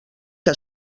que